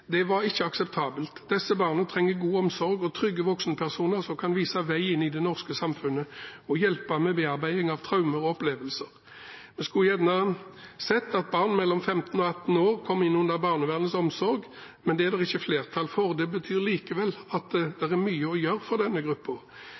Det var ikke akseptabelt. Disse barna trenger god omsorg og trygge voksenpersoner som kan vise vei inn i det norske samfunnet, og hjelpe med bearbeiding av traumer og opplevelser. Jeg skulle gjerne sett at barn mellom 15 og 18 år kom inn under barnevernets omsorg, men det er det ikke flertall for. Det betyr likevel at det er mye å gjøre for denne